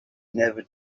never